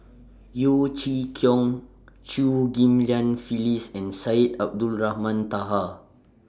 Yeo Chee Kiong Chew Ghim Lian Phyllis and Syed Abdulrahman Taha